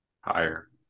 Higher